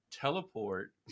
teleport